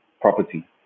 property